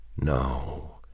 No